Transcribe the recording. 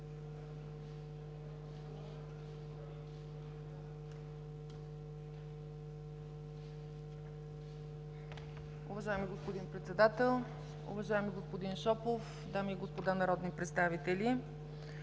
Уважаеми господин Председател, уважаеми господин Антонов, дами и господа народни представители!